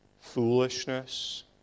foolishness